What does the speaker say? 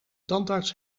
tandarts